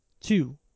two